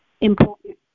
important